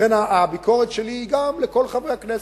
לכן הביקורת שלי היא גם לכל חברי הכנסת,